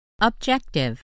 Objective